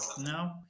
No